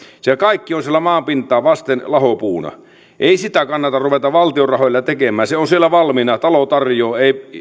se kaikki on siellä maanpintaa vasten lahopuuna ei sitä kannata ruveta valtion rahoilla tekemään se on siellä valmiina ja talo tarjoaa